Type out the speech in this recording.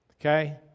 okay